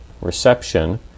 reception